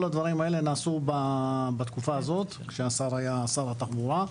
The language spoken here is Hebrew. כל הדברים האלה נעשו בתקופה הזאת שהשר היה שר התחבורה.